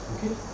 Okay